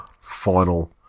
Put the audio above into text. final